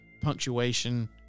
punctuation